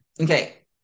okay